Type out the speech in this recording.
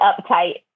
uptight